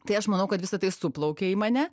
tai aš manau kad visa tai suplaukė į mane